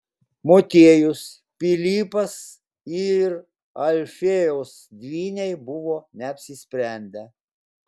motiejus pilypas ir alfiejaus dvyniai buvo neapsisprendę